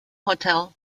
hotel